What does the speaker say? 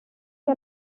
que